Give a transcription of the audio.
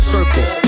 Circle